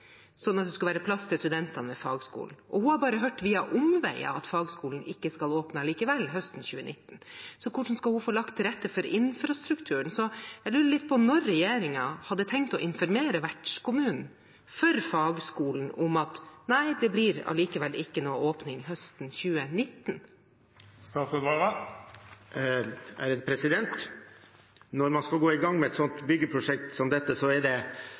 at det skulle være plass til studentene ved fagskolen. Hun har hørt via omveier at fagskolen allikevel ikke skal åpne høsten 2019. Så hvordan skal hun få lagt til rette for infrastrukturen? Jeg lurer litt på når regjeringen hadde tenkt å informere vertskommunen for fagskolen om at nei, det blir allikevel ikke noen åpning høsten 2019. Når man skal gå i gang med et byggeprosjekt som dette, er det flere ting som må skje i rekkefølge, og som det dessverre ikke alltid er like lett å forutse. Det